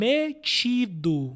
Metido